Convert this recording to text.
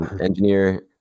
engineer –